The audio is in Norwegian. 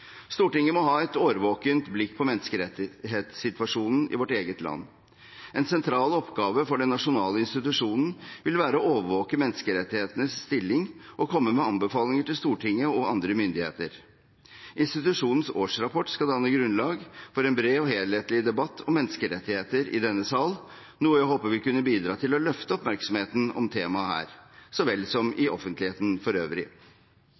Stortinget må ha et årvåkent blikk på menneskerettighetssituasjonen i vårt eget land. En sentral oppgave for den nasjonale institusjonen vil være å overvåke menneskerettighetenes stilling og komme med anbefalinger til Stortinget og andre myndigheter. Institusjonens årsrapport skal danne grunnlag for en bred og helhetlig debatt om menneskerettigheter i denne sal, noe jeg håper vil kunne bidra til å løfte oppmerksomheten om temaet her så vel som i offentligheten for øvrig.